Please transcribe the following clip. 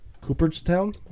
Cooperstown